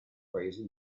paesi